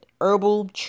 herbal